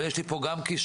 יש לי פה גם קישור,